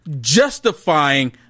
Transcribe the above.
justifying